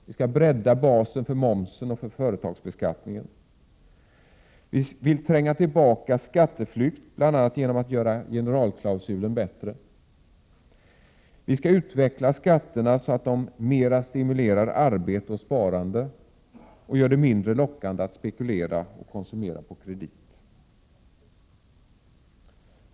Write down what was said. Viskall bredda basen för momsen och för företagsbeskattningen. Vi vill tränga tillbaka skatteflykt, bl.a. genom att göra generalklausulen bättre. Vi skall utveckla skatterna så att de mer stimulerar arbete och sparande och gör det mindre lockande att spekulera och konsumera på kredit.